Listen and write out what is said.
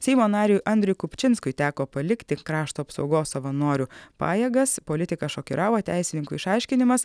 seimo nariui andriui kupčinskui teko palikti krašto apsaugos savanorių pajėgas politiką šokiravo teisininkų išaiškinimas